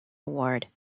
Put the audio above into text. award